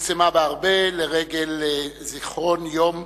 צומצמה הרבה לרגל זיכרון יום